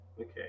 Okay